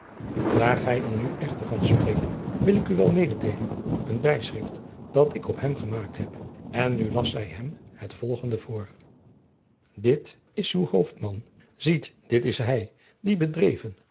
daar gij er nu echter van spreekt wil ik u wel mededeelen een bijschrift dat ik op hem gemaakt heb en nu las zij hem het volgende voor dit is uw hooftman siet dit is hy die bedreven